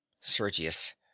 Sergius